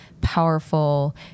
powerful